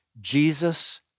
Jesus